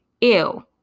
ew